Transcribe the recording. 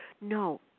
No